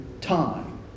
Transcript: time